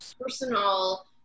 personal